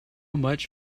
much